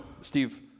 Steve